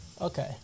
Okay